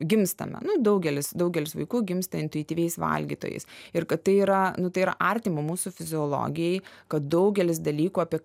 gimstame nu daugelis daugelis vaikų gimsta intuityviais valgytojais ir kad tai yra nu tai yra artima mūsų fiziologijai kad daugelis dalykų apie